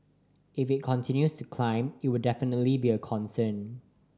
if it continues to climb it will definitely be a concern